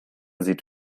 sieht